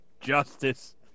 Justice